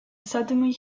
suddenly